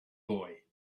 boy